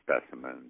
specimen